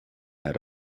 had